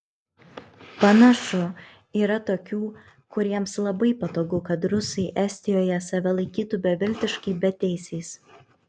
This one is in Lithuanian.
panašu yra tokių kuriems labai patogu kad rusai estijoje save laikytų beviltiškai beteisiais